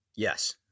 Yes